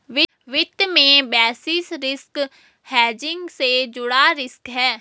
वित्त में basis risk hedging से जुड़ा रिस्क है